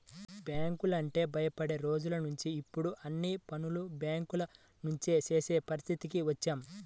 బ్యాంకులంటే భయపడే రోజులనుంచి ఇప్పుడు అన్ని పనులు బ్యేంకుల నుంచే చేసే పరిస్థితికి వచ్చాం